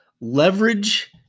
leverage